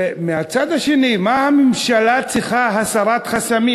ומהצד השני, למה הממשלה צריכה הסרת חסמים?